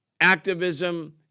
activism